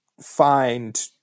find